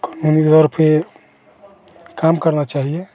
क़ानूनी तौर पर काम करना चाहिए